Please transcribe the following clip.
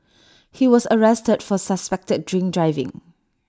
he was arrested for suspected drink driving